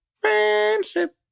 friendship